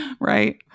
right